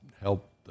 help